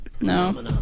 No